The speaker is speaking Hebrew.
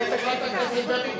חברת הכנסת ברקוביץ.